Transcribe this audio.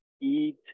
eat